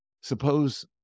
Suppose